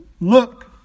look